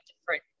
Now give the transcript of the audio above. different